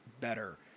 better